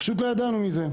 אנחנו פשוט לא ידענו מזה.